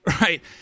right